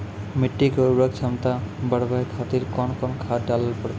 मिट्टी के उर्वरक छमता बढबय खातिर कोंन कोंन खाद डाले परतै?